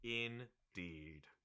indeed